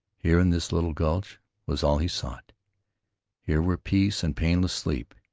here in this little gulch was all he sought here were peace and painless sleep.